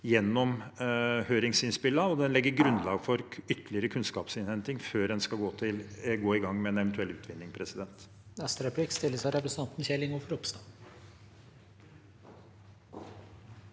gjennom høringsinnspillene, og den legger grunnlag for ytterligere kunnskapsinnhenting før en skal gå i gang med en eventuell utvinning. Kjell